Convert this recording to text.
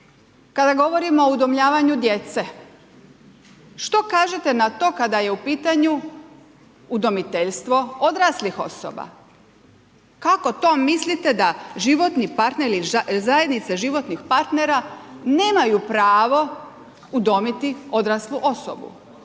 kada govorimo o udomljavanju djece. Što kažete na to kada je u pitanju udomiteljstvo odraslih osoba? Kako to mislite da životni partner ili zajednica životnih partnera nemaju pravo udomiti odraslu osobu